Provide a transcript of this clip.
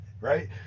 right